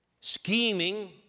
scheming